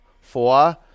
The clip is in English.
Four